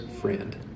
friend